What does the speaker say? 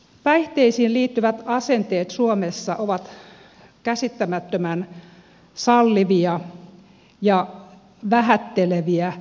päihteisiin liittyvät asenteet suomessa ovat käsittämättömän sallivia ja vähätteleviä